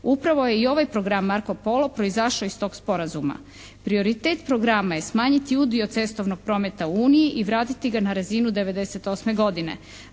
Upravo je i ovaj program "Marko Polo" proizašao iz tog sporazuma. Prioritet programa je smanjiti udio cestovnog prometa u Uniji i vratiti ga na razinu '98. godine.